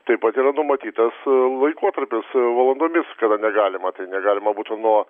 taip pat yra numatytas laikotarpis valandomis kada negalima tai negalima būtų nuo